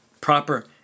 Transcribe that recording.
proper